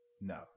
No